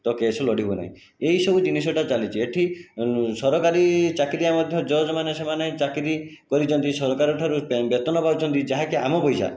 ତୋ କେସ୍ ଲଢ଼ିବୁ ନାହିଁ ଏହିସବୁ ଜିନିଷଟା ଚାଲିଛି ଏଇଠି ସରକାରୀ ଚାକିରିଆ ମଧ୍ୟ ଜଜ୍ ମାନେ ସେମାନେ ଚାକିରି କରିଛନ୍ତି ସରକାରଙ୍କଠାରୁ ପେ ବେତନ ପାଉଛନ୍ତି ଯାହାକି ଆମ ପଇସା